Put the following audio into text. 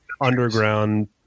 underground